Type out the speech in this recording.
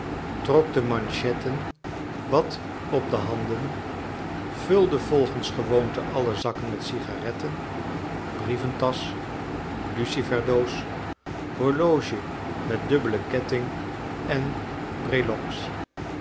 trok de manchetten wat op de handen vulde volgens gewoonte alle zakken met cigaretten brieventasch lucifersdoos horloge met dubbelen ketting en